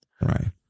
Right